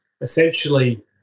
essentially